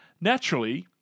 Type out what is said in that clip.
Naturally